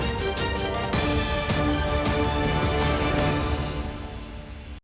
Дякую.